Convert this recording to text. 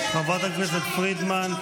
חברת הכנסת פרידמן,